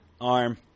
Arm